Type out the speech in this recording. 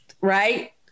Right